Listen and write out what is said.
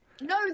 No